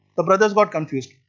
the brothers got confused,